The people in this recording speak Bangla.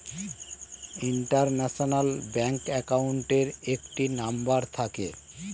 ইন্টারন্যাশনাল ব্যাংক অ্যাকাউন্টের একটি নাম্বার থাকে